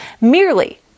merely